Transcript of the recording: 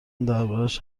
دربارش